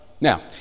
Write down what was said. Now